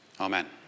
Amen